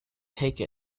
take